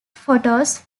photos